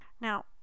Now